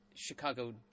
Chicago